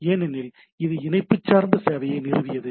ஏனெனில் இது இணைப்பு சார்ந்த சேவையை நிறுவியது